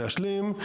להשלים.